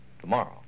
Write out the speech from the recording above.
tomorrow